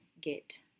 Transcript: get